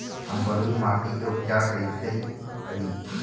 हम बलुइ माटी के उपचार कईसे करि?